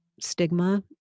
stigma